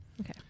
okay